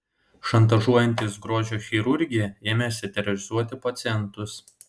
šantažuojantys grožio chirurgiją ėmėsi terorizuoti pacientus